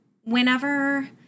whenever